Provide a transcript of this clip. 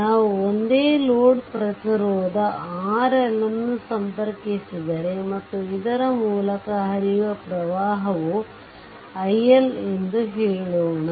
ನಾವು ಒಂದೇ ಲೋಡ್ ಪ್ರತಿರೋಧ RL ಅನ್ನು ಸಂಪರ್ಕಿಸಿದರೆ ಮತ್ತು ಇದರ ಮೂಲಕ ಹರಿಯುವ ಪ್ರವಾಹವು iL ಎಂದು ಹೇಳೋಣ